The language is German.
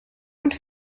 und